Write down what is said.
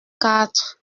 quatre